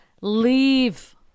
leave